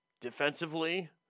Defensively